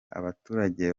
abaturage